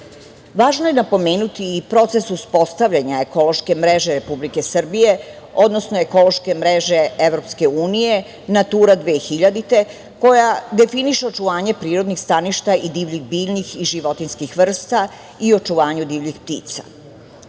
je napomenuti i proces uspostavljanja ekološke mreže Republike Srbije, odnosno ekološke mreže Evropske Unije – „Natura 2000“, koja definiše očuvanje prirodnih staništa i divljih biljnih i životinjskih vrsta i očuvanju divljih ptica. Još